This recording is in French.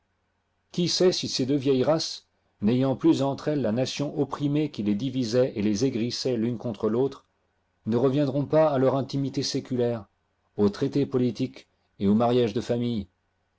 qui sait si ces deux vieilles races n'ayant plus entre elles la nation opprimée qui les divisait et les aigrissait l'une contre l'autre ne reviendront pas à leur intimité séculaire aux traités politiques et aux mariages de famille